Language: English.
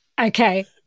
Okay